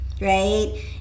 right